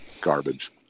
garbage